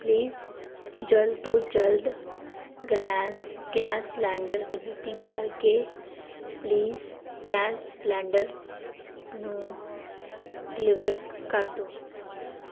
please ਜਲਦ ਤੋਂ ਜਲਦ ਗਲੈਸ ਗੈਸ ਸਿਲਿੰਡਰ ਦੀ ਬੁਕਿੰਗ ਕਰਕੇ ਪਲੀਜ ਗੈਸ ਸਿਲੰਡਰ ਨੂੰ ਡਿਲੀਵਰ ਕਰ ਦਿਉ